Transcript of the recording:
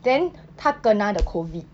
then 他 kena the COVID